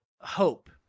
hope